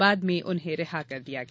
बाद में उन्हें रिहा कर दिया गया